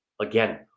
again